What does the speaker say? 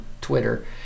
Twitter